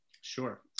Sure